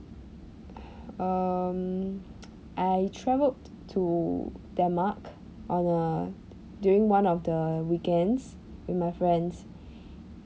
um I travelled to denmark on a during one of the weekends with my friends